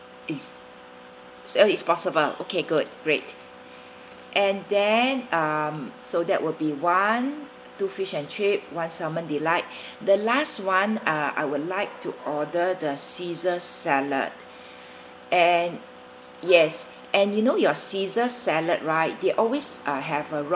is so is possible okay good great and then um so that will be one two fish and chip one salmon delight the last one uh I would like to order the caesar salad and yes and you know your caesar salad right they always uh have a